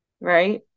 right